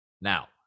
Now